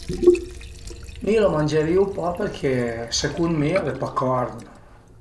Mi la mangerìu pa perché secund mi al e pa carn